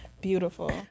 Beautiful